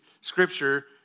Scripture